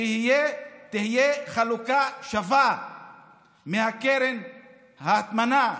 שתהיה חלוקה שווה מקרן ההטמנה.